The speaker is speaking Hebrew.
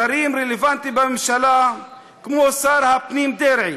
שרים רלוונטיים בממשלה, כמו שר הפנים דרעי